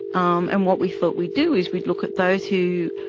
um and what we thought we'd do is we'd look at those who